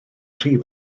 rhy